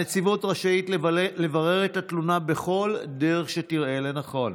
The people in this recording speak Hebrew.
הנציבות רשאית לברר את התלונה בכל דרך שתראה לנכון,